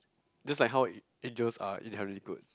just like how angels are inherently good